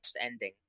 ending